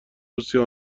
روسیه